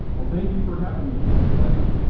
well thank you for having me, it was a pleasure.